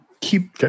Keep